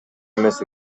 эмес